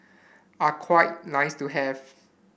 are quite nice to have